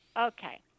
Okay